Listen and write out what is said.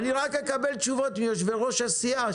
רק אקבל תשובות מיושבי-ראש הסיעה,